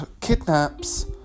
kidnaps